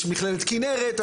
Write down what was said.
יש את מכללת כינרת,